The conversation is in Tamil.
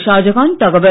ஷாஜஹான் தகவல்